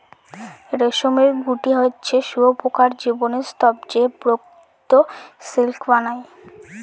রেশমের গুটি হচ্ছে শুঁয়োপকার জীবনের স্তুপ যে প্রকৃত সিল্ক বানায়